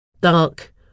Dark